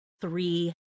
three